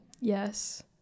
yes